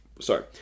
sorry